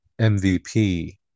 MVP